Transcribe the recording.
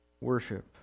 worship